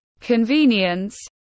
convenience